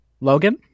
Logan